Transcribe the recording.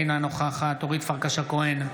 אינה נוכחת אורית פרקש הכהן,